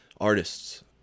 artists